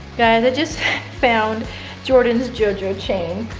guys, i just found jordan's jojo chain.